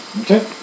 Okay